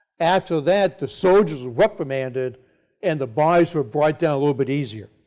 after that the soldiers were reprimanded and the bodies were brought down a little but easier.